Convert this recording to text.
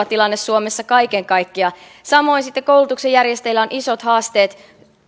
tilanne suomessa kaiken kaikkiaan samoin koulutuksen järjestäjillä on isot haasteet